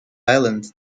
island